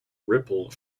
ripple